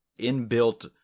inbuilt –